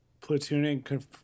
platooning